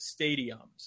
stadiums